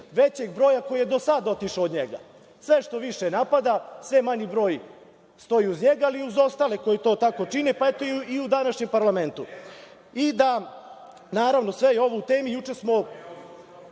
većeg broja koji je do sada otišao od njega. Sve što više napada, sve manji broj stoji uz njega, ali i uz ostale koji to tako čine, pa i u današnjem parlamentu.(Zoran Krasić: Tema.)Naravno, sve je ovo u temi. Juče smo